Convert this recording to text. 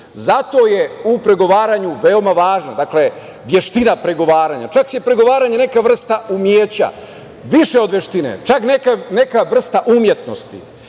Zato je u pregovaranju veoma važna veština pregovaranja. Čak je pregovaranje i neka vrsta umeća, više od veštine, čak i neka vrsta umetnosti.